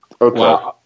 Okay